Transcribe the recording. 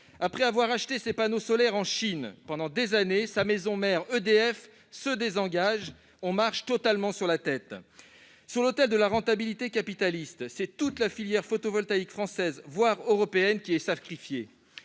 Après avoir acheté ses panneaux solaires en Chine pendant des années, sa maison mère, EDF, se désengage. On marche sur la tête ! Sur l'autel de la rentabilité capitaliste, c'est toute la filière photovoltaïque française, voire européenne, qui est sacrifiée.